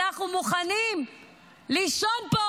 אנחנו מוכנים לישון פה